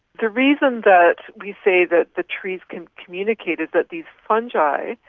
the reason that we say that the trees can communicate is that these fungi,